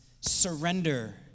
surrender